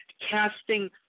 casting